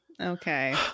Okay